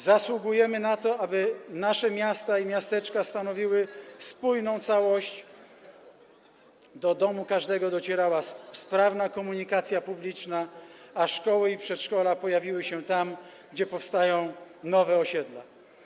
Zasługujemy na to, aby nasze miasta i miasteczka stanowiły spójną całość, aby do każdego domu docierała sprawna komunikacja publiczna, a szkoły i przedszkola pojawiły się tam, gdzie powstają nowe osiedla.